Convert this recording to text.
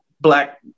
black